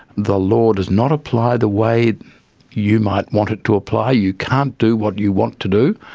the law does not apply the way you might want it to apply, you can't do what you want to do,